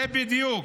זה בדיוק.